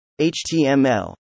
HTML